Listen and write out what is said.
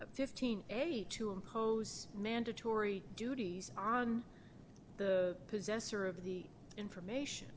and fifty eight to impose mandatory duties on the possessor of the information